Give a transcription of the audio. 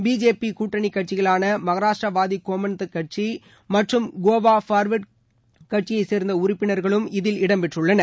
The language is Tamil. பிஜேபி கூட்டணி கட்சிகளான மகாராஷ்டிரவாடி கோமன்தக் கட்சி மற்றும் கோவா ஃபார்வோர்டு கட்சியை சேர்ந்த உறுப்பினர்களும் இதில் இடம் பெற்றுள்ளனர்